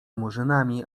murzynami